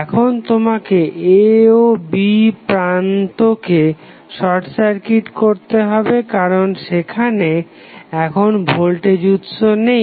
এখন তোমাকে a ও b প্রান্তকে শর্ট সার্কিট করতে হবে কারণ সেখানে এখন ভোল্টেজ উৎস নেই